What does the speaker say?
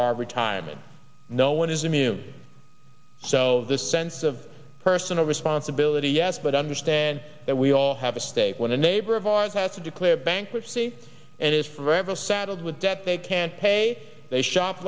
our retirement no one is immune so this sense of personal responsibility yes but understand that we all have a stake when a neighbor of ours has to declare bankruptcy and is forever saddled with debt they can't pay they shop